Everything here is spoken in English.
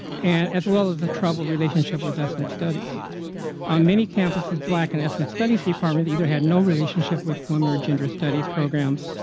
and as well as a troubled relationship with ethnic studies. on many campuses, black and ethnic studies department either had no relationship with women or gender studies programs.